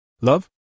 Love